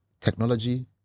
technology